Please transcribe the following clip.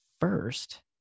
first